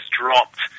dropped